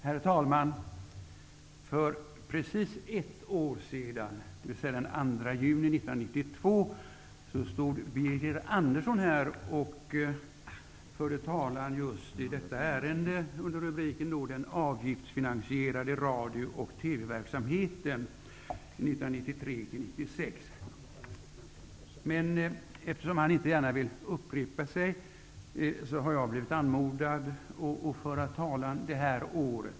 Herr talman! För precis ett år sedan, dvs. den 2 juni 1992, stod Birger Andersson här i talarstolen och förde talan just i detta ärende under rubriken Den avgiftsfinansierade radio och TV-verksamheten 1993--1996. Eftersom han inte gärna vill upprepa sig har jag blivit anmodad att föra talan i år.